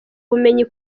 bumenyi